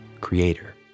creator